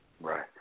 right